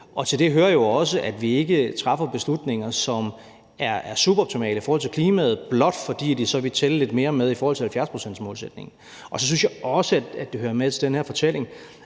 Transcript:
Til det hører jo også, at vi ikke træffer beslutninger, som er suboptimale for klimaet, blot fordi de så vil tælle lidt mere med i 70-procentsmålsætningen. Så synes jeg også, at det hører med til den her fortælling,